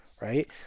right